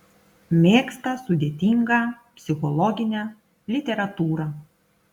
mėgsta sudėtingą psichologinę literatūrą